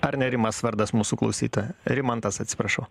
ar ne rimas vardas mūsų klausyta rimantas atsiprašau